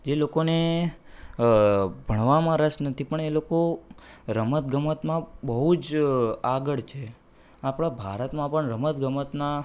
જે લોકોને ભણવામાં રસ નથી પણ એ લોકો રમતગમતમાં બહુ જ આગળ છે આપણા ભારતમાં પણ રમત ગમતના